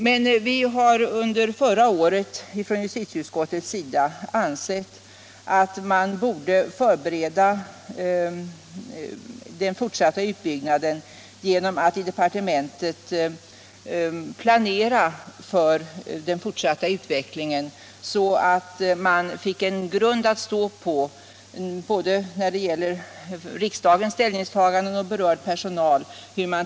Men justitieutskottet ansåg förra året att departementet borde förbereda den fortsatta utbyggnaden genom en planering, som kan ge en grund att stå på när det gäller både riksdagens ställningstaganden och berörd personal.